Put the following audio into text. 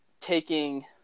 taking